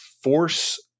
force